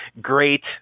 great